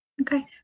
Okay